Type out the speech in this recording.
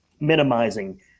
Minimizing